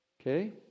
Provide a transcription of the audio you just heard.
Okay